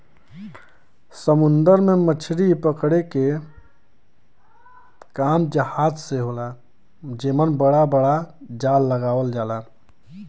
समुंदर में मछरी पकड़े क काम जहाज से होला जेमन बड़ा बड़ा जाल लगावल जाला